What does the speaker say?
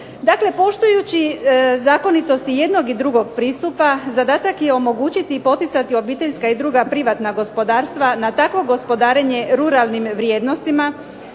dakle zakonitosti jednog i drugog pristupa zadatak je omogućiti i poticati obiteljska i druga privatna gospodarstva na takvo gospodarenje ruralnim vrijednostima